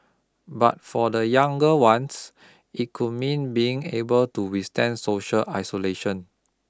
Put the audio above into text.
but for the younger ones it could mean being able to withstand social isolation